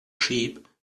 sheep